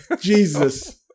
Jesus